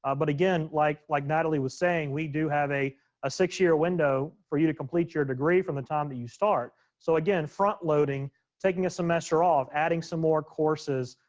ah but again, like like natalie was saying, we do have a a six year window for you to complete your degree from the time that you start. so again, front-loading taking, a semester off, adding some more courses,